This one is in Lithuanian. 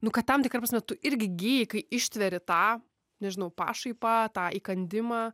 nu kad tam tikra prasme tu irgi gyji kai ištveri tą nežinau pašaipą tą įkandimą